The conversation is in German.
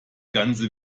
ganze